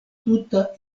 tuta